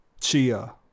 Chia